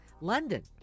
london